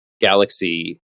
galaxy